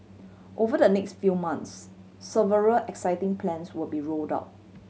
over the next few months several exciting plans will be rolled out